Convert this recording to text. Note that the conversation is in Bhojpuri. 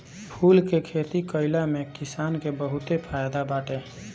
फूल के खेती कईला में किसान के बहुते फायदा बाटे